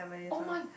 oh my